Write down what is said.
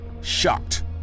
shocked